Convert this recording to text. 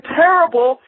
terrible